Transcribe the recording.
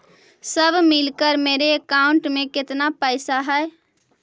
सब मिलकर मेरे अकाउंट में केतना पैसा है?